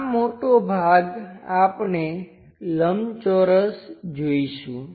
આ મોટો ભાગ આપણે લંબચોરસ જોઈશું